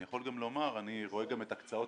אני יכול גם לומר שאני רואה גם את הקצאות